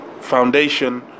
foundation